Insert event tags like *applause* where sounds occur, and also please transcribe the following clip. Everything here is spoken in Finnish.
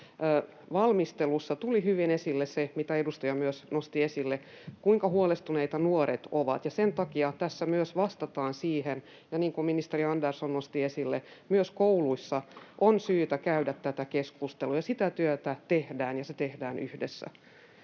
valmistelussa tuli hyvin esille se, mitä edustaja myös nosti esille, kuinka huolestuneita nuoret ovat, ja sen takia tässä myös vastataan siihen. Ja niin kuin ministeri Andersson nosti esille, myös kouluissa *noise* on syytä käydä tätä keskustelua. Sitä työtä tehdään, ja se tehdään yhdessä.